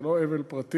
זה לא אבל פרטי.